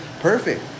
perfect